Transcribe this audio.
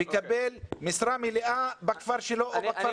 מקבל משרה מלאה בכפר שלו או בכפר סמוך.